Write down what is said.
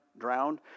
drowned